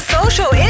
social